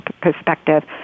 perspective